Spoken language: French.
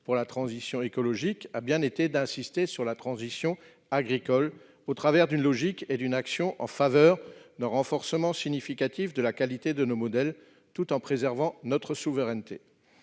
pour la transition écologique reposait sur la transition agricole au travers d'une logique et d'une action en faveur d'un renforcement significatif de la qualité de nos modèles, tout en préservant notre souveraineté.